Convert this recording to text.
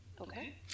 okay